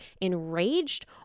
enraged